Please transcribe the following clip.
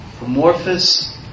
amorphous